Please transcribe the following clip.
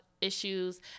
issues